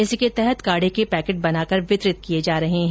इसी के तहत काढे के पैकेट बनाकर वितरित किए जा रहे हैं